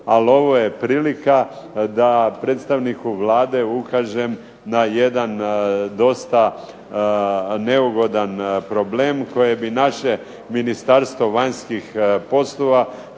ali ovo je prilika da predstavniku Vlade ukažem na jedan dosta neugodan problem koje bi naše Ministarstvo vanjskih poslova